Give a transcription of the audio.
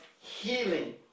Healing